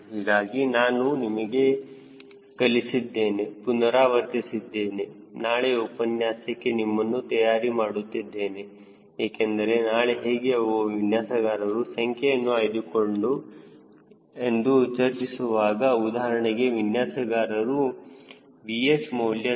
ಹೀಗಾಗಿ ನಾನು ನಿಮಗೆ ಕಳಿಸಿದ್ದೇನೆ ಪುನರಾವರ್ತಿಸಿದ್ದೇನೆ ನಾಳೆಯ ಉಪನ್ಯಾಸಕ್ಕೆ ನಿಮ್ಮನ್ನು ತಯಾರಿ ಮಾಡುತ್ತಿದ್ದೇನೆ ಏಕೆಂದರೆ ನಾಳೆ ಹೇಗೆ ಒಬ್ಬ ವಿನ್ಯಾಸಗಾರರು ಸಂಖ್ಯೆಯನ್ನು ಆಯ್ದುಕೊಳ್ಳುತ್ತಾರೆ ಎಂದು ಚರ್ಚಿಸುವಾಗ ಉದಾಹರಣೆಗೆ ವಿನ್ಯಾಸಗಾರರು VH ಮೌಲ್ಯ 0